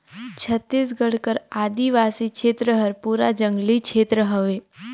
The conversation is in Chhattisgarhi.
छत्तीसगढ़ कर आदिवासी छेत्र हर पूरा जंगली छेत्र हवे